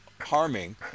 harming